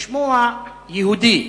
לשמוע יהודי,